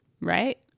Right